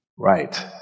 Right